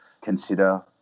consider